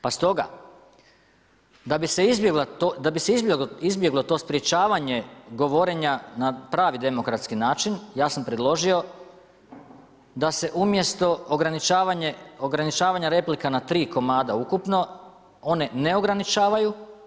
Pa stoga, da bi se izbjeglo to sprječavanje govorenja na pravi demokratski način ja sam predložio da se umjesto ograničavanja replika na 3 komada ukupno one ne ograničavaju.